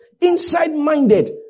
Inside-minded